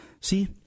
See